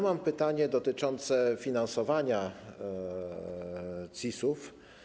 Mam pytanie dotyczące finansowania CIS-ów.